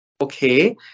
okay